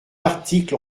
article